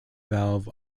valve